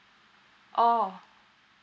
oh